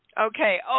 Okay